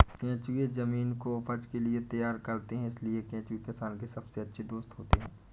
केंचुए जमीन को उपज के लिए तैयार कर देते हैं इसलिए केंचुए किसान के सबसे अच्छे दोस्त होते हैं